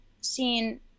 seen